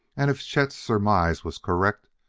and if chet's surmise was correct,